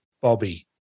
Bobby